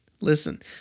Listen